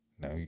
No